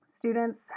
Students